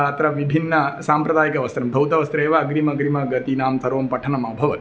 अत्र विभिन्न साम्प्रदायिकवस्त्रं धौतवस्त्रेव अग्रिमम् अग्रिमगतीनां सर्वं पठनमभवत्